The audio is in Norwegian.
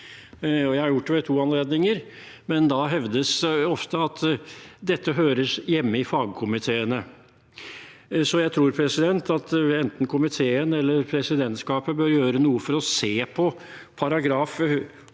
Jeg har gjort det ved to anledninger, men da hevdes det ofte at dette hører hjemme i fagkomiteene. Jeg tror at enten komiteen eller presidentskapet bør gjøre noe for å se på § 14 punkt